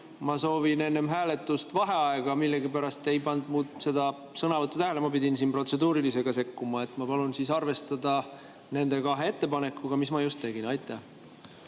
ma soovin enne hääletust vaheaega. Millegipärast ei pannud te seda sõnavõtusoovi tähele ja ma pidin siin protseduurilisega sekkuma. Ma palun arvestada neid kahte ettepanekut, mis ma just tegin. Aitäh,